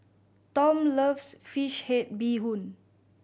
Tom loves fish head bee hoon